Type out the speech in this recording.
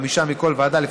חמישה מכל ועדה,